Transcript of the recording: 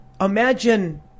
imagine